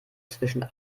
zwischen